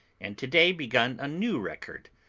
and to-day begun a new record.